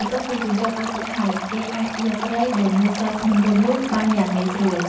បន្ទាប់ពីជញ្ជាត់អស់ទឹកហើយ គេអាចយកត្រីដែលនៅសល់ក្នុងរន្ធនោះបានយ៉ាងងាយស្រួល។